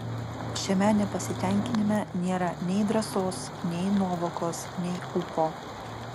šiame nepasitenkinime nėra nei drąsos nei nuovokos nei ūpo